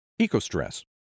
ECOSTRESS